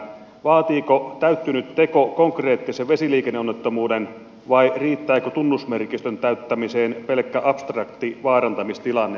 vaatiiko täyttynyt teko konkreettisen vesiliikenneonnettomuuden vai riittääkö tunnusmerkistön täyttämiseen pelkkä abstrakti vaarantamistilanne